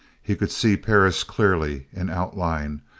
he could see perris clearly, in outline,